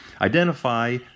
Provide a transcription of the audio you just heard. Identify